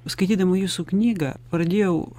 skaitydama jūsų knygą pradėjau